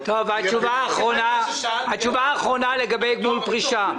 מסמינרים חרדים כתואר שני לצורך דברים מסוימים.